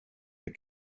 the